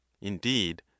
indeed